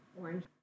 orange